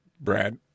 Brad